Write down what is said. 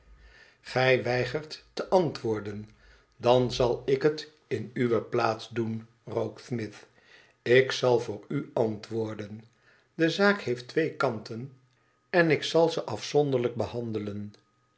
vriend weigert te antwoorden dan zal ik het in uwe plaats doen rokesmith ik zal voor u antwoorden de zaak heeft twee kanten en ik zal ze afzonderlijk behandelen